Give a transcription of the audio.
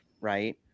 right